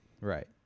right